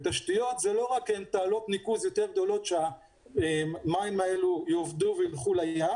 ותשתיות זה לא רק תעלות ניקוז יותר גדולות שהמים האלה יאבדו וילכו לים